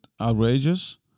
outrageous